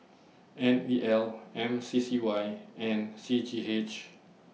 N E L M C C Y and C G H